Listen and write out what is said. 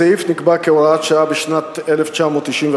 הסעיף נקבע כהוראת שעה בשנת 1995,